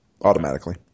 automatically